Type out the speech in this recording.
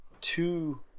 two